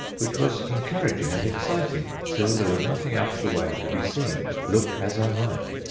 which was encouraging and exciting. still, there was nothing out of the way to be seen, look as i might.